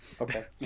Okay